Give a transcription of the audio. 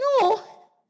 no